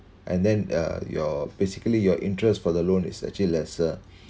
and then uh your basically your interest for the loan is actually lesser